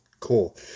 Cool